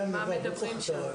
--- מה מדברים שם?